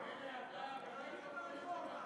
תעבירו את הרפורמה.